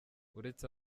uretse